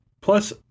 Plus